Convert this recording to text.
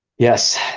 Yes